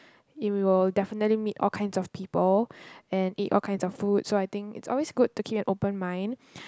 we will definitely meet all kinds of people and eat all kinds of food so I think it's always good to keep an open mind